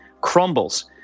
crumbles